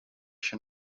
się